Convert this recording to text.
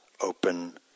open